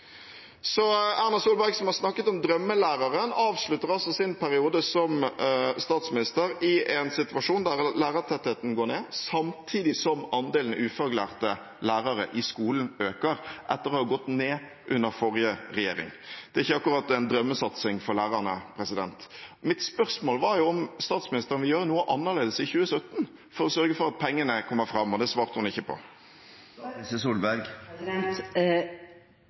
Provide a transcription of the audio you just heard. Erna Solberg, som har snakket om drømmelæreren, avslutter altså sin periode som statsminister i en situasjon der lærertettheten går ned, samtidig som andelen ufaglærte lærere i skolen øker, etter å ha gått ned under forrige regjering. Det er ikke akkurat en drømmesatsing for lærerne. Mitt spørsmål var om statsministeren vil gjøre noe annerledes i 2017 for å sørge for at pengene kommer fram, og det svarte hun ikke på. Faktum er